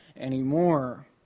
anymore